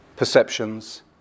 perceptions